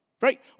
Right